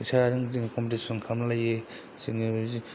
फैसाजों जोङो कमपिटिसन खालामलायो बिदिनो